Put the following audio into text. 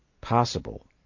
possible